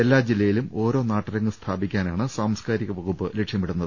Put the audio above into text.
എല്ലാ ജില്ലയിലും ഓരോ നാട്ടരങ്ങ് സ്ഥാപിക്കാനാണ് സാംസ്കാരിക വകുപ്പ് ലക്ഷ്യമിടുന്നത്